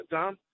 Dom